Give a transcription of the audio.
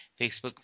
Facebook